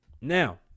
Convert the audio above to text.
Now